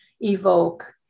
evoke